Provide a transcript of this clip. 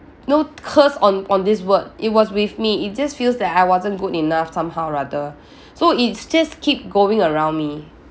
know curse on on this word it was with me it just feels that I wasn't good enough somehow or other so it's just keep going around me